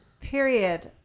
period